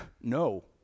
no